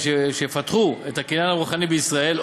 שיפתחו את הקניין הרוחני בישראל,